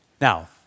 Now